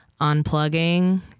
unplugging